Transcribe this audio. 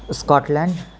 Scotland